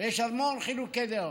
יש המון חילוקי דעות.